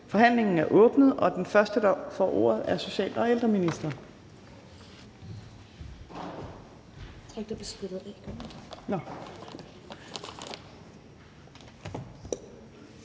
Forhandlingen er åbnet, og den første, der får ordet, er social- og ældreministeren.